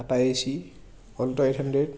apache alto eight hundred